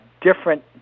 different